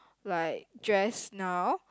like dress now